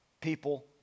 people